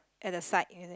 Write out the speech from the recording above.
at the side is it